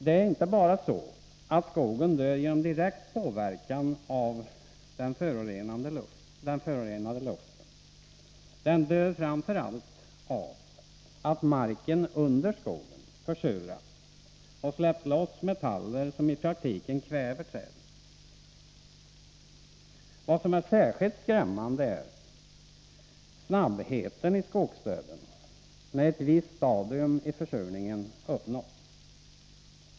Det är inte bara så, att skogen dör genom direkt påverkan av den förorenade luften, den dör framför allt av att marken under skogen försurats och släppt loss metaller som i praktiken kväver träden. Vad som är särskilt skrämmande är snabbheten i skogsdöden, när ett visst stadium i försurningen uppnåtts.